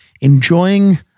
enjoying